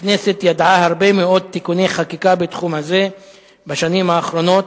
הכנסת ידעה הרבה מאוד תיקוני חקיקה בתחום הזה בשנים האחרונות,